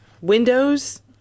windows